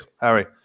Harry